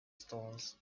stalls